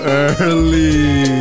early